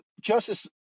Justice